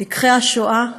לקחי השואה,